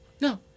No